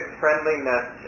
friendliness